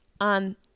on